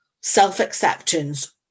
self-acceptance